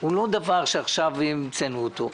הוא לא דבר שעכשיו המצאנו אותו.